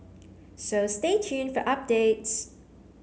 so stay tuned for updates